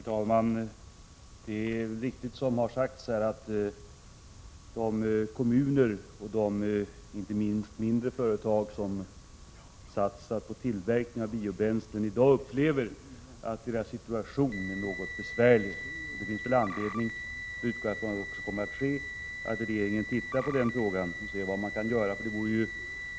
Herr talman! Det är riktigt som det har sagts här, att de kommuner och inte minst de mindre företag som satsat på tillverkning av biobränslen i dag upplever sin situation som besvärlig. Det finns anledning för regeringen att se på den frågan och överväga vilka åtgärder som kan vidtas, och jag utgår från att så även kommer att ske.